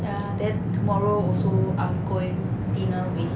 ya then tomorrow also I'm going dinner with